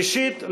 ראשית,